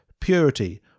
purity